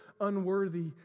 unworthy